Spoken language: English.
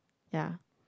ya